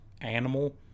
animal